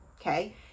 okay